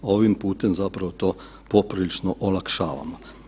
Ovim putem zapravo to poprilično olakšavamo.